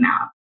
out